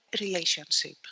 relationship